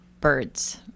birds